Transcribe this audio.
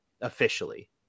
officially